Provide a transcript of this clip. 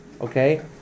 Okay